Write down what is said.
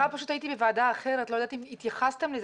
אבל הייתי בוועדה אחרת ואני לא יודעת אם התייחסתם לזה,